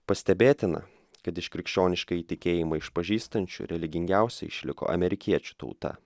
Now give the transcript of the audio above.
pastebėtina kad iš krikščioniškąjį tikėjimą išpažįstančių religingiausia išliko amerikiečių tauta